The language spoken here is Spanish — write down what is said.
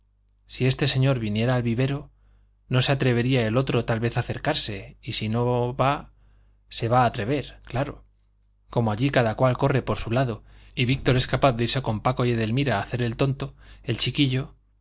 si este señor viniera al vivero no se atrevería el otro tal vez a acercarse y si no va se va a atrever claro como allí cada cual corre por su lado y víctor es capaz de irse con paco y edelmira a hacer el tonto el chiquillo